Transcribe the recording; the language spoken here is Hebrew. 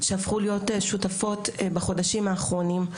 שהפכו להיות שותפות בחודשים האחרונים.